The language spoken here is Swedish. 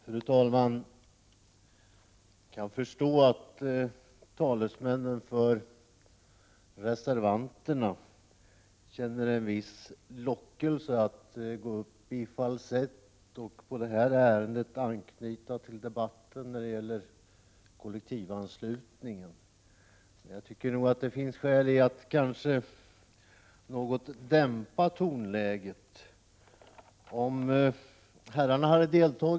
Fru talman! Jag förstår att talesmännen för reservanterna känner en viss lockelse att gå upp i falsett och i det här ärendet ansluta till debatten om kollektivanslutningen. Jag tycker att man har skäl att något dämpa tonläget.